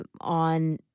on